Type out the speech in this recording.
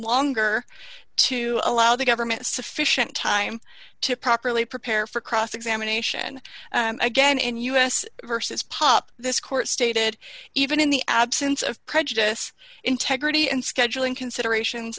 longer to allow the government sufficient time to properly prepare for cross examination again in u s versus pop this court stated even in the absence of prejudice integrity and scheduling considerations